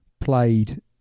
played